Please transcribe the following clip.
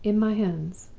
in my hands!